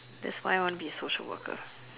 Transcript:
that's why want be social worker